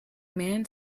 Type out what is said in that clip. man